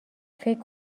فکر